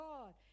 God